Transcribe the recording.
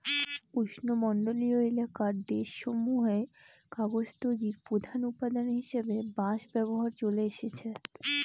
উষ্ণমন্ডলীয় এলাকার দেশসমূহে কাগজ তৈরির প্রধান উপাদান হিসাবে বাঁশ ব্যবহার চলে আসছে